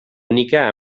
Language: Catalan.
única